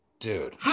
Dude